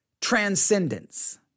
transcendence